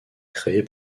créée